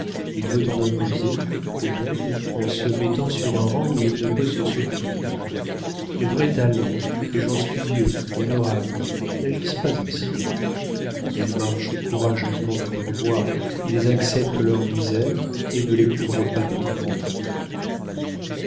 il veut en imposer au monde en se mettant sur un rang où il ne peut se soutenir les vrais talents les gens studieux honorables n'agissent pas ainsi ils marchent courageusement dans leur voie ils acceptent leurs misères et ne les couvrent pas d'oripeaux